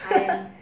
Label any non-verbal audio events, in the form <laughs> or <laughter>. <laughs>